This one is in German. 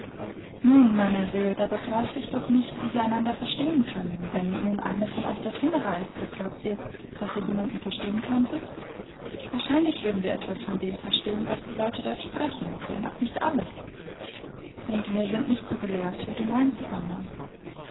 nun meiner seel da begreif ich doch nicht wie sie einander verstehen können wenn nun eine von euch dorthin reiste glaubt ihr daß ihr jemand verstehen könntet wahrscheinlich würden wir etwas von dem verstehen was die leute dort sprechen wenn auch nicht alles denn wir sind nicht so gelehrt wie du meinst